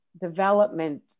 development